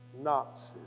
Nazis